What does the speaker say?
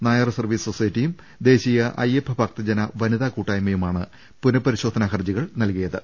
Nair service സൊസൈറ്റിയും ദേശീയ അയ്യപ്പ ഭക്തജന വനിതാ കൂട്ടാ യ്മയുമാണ് പുനപരിശോധനാ ഹർജി നൽകിയത്